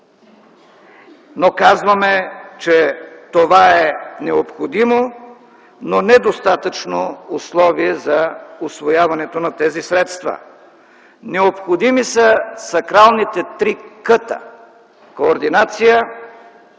но казваме, че това е необходимо, но недостатъчно условие за усвояването на тези средства. Необходими са сакралните три „К”: Координация,